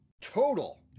total